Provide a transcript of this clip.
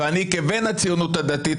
ואני כבן הציונות הדתית,